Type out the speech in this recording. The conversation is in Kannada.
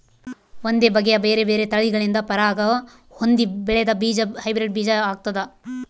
ಒಂದೇ ಬಗೆಯ ಬೇರೆ ಬೇರೆ ತಳಿಗಳಿಂದ ಪರಾಗ ಹೊಂದಿ ಬೆಳೆದ ಬೀಜ ಹೈಬ್ರಿಡ್ ಬೀಜ ಆಗ್ತಾದ